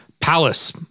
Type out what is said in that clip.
Palace